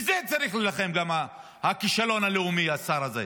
בזה צריך להילחם גם הכישלון הלאומי, השר הזה.